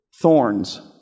thorns